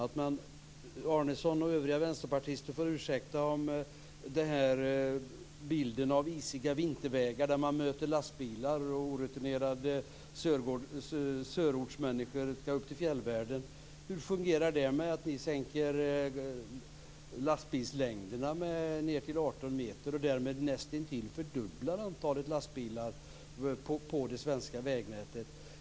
Men Arnesson och övriga vänsterpartister får ursäkta när det gäller bilden av isiga vintervägar där man möter lastbilar och orutinerade "sörortsmänniskor" som ska upp till fjällvärlden. Hur fungerar det tillsammans med förslaget om att sänka lastbilslängden ned till 18 meter? På det sättet näst intill fördubblar ni ju antalet lastbilar på det svenska vägnätet.